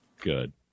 Good